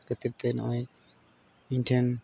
ᱠᱷᱟᱹᱛᱤᱨ ᱛᱮ ᱱᱚᱜᱼᱚᱸᱭ ᱤᱧ ᱴᱷᱮᱱ